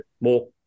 more